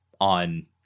on